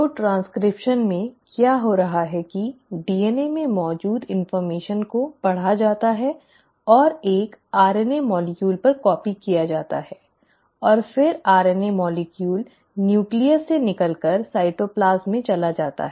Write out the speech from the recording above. तो ट्रांसक्रिप्शन में क्या हो रहा है कि DNA में मौजूद इन्फ़र्मेशन को पढ़ा जाता है और एक RNA अणु पर कॉपी किया जाता है और फिर RNA अणु न्यूक्लियस से निकलकर साइटोप्लाज्म में चला जाता है